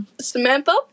Samantha